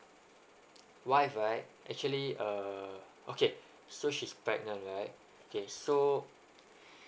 wife right actually uh okay so she's pregnant right okay so